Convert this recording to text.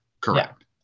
Correct